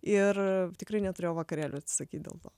ir tikrai neturėjau vakarėlių atsisakyt dėl to